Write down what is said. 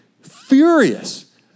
furious